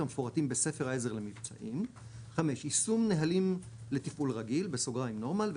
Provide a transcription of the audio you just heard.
המפורטים בספר העזר למבצעים; יישום נהלים לתפעול רגיל (normal)